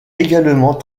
également